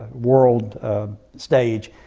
world stage.